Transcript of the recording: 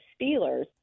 Steelers